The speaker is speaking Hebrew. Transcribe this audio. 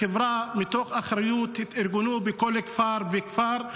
מתוך אחריות התארגנו בכל כפר וכפר,